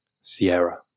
Sierra